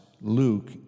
Luke